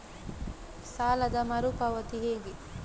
ಸಾಲದ ಮರು ಪಾವತಿ ಹೇಗೆ?